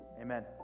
Amen